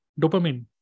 dopamine